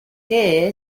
qué